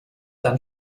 dann